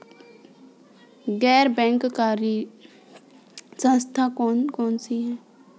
गैर बैंककारी संस्थाएँ कौन कौन सी हैं?